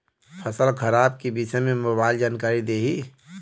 फसल खराब के विषय में मोबाइल जानकारी देही